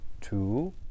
two